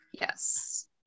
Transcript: Yes